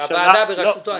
הוועדה בראשותו, אני מתכוון.